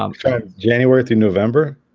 um jenny, worth in november